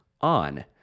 on